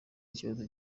ikibazo